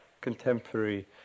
contemporary